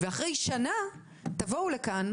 ואחרי שנה תבואו לכאן,